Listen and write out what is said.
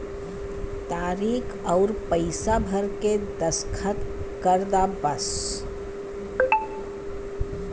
तारीक अउर पइसा भर के दस्खत कर दा बस